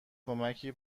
کمکی